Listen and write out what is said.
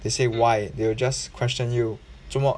they say why they will just question you 做么